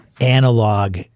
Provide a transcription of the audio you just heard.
analog